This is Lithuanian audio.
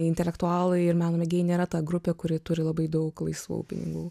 intelektualai ir meno mėgėjai nėra ta grupė kuri turi labai daug laisvų pinigų